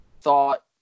thought